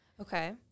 Okay